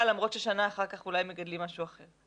למרות ששנה אחר כך אולי מגדלים משהו אחר.